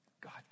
god